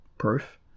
proof